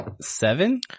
Seven